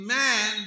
man